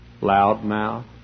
loud-mouth